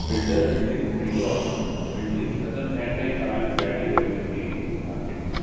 builder building ठाहींदो आहे building ख़तमु थियण ताईं तव्हांजे फ़्लैट जी वैल्यू वधी वेंदी आहे मार्केट में